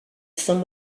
sun